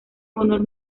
honor